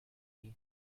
you